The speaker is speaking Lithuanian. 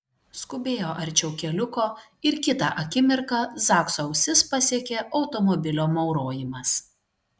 skubėjo arčiau keliuko ir kitą akimirką zakso ausis pasiekė automobilio maurojimas